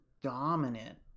dominant